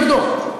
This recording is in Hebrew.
אביגדור,